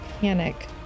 panic